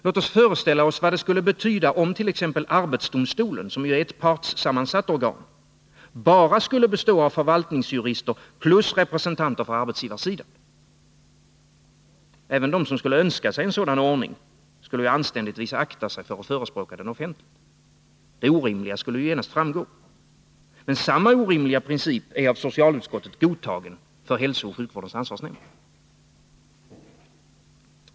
Låt oss föreställa oss vad det skulle betyda om t.ex. arbetsdomstolen — som ju är ett partssammansatt organ — bara skulle bestå av förvaltningsjurister plus representanter för arbetsgivarsidan. Även de som skulle önska sig en sådan ordning skulle anständigtvis akta sig för att förespråka den offentligt. Det orimliga skulle genast framgå. Men samma orimliga princip är av socialutskottet godtagen för hälsooch sjukvårdens ansvarsnämnd.